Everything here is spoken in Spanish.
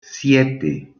siete